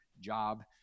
job